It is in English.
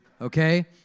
Okay